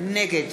נגד